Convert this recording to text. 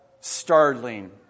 startling